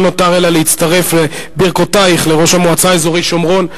לא נותר אלא להצטרף לברכותייך לראש המועצה האזורית שומרון,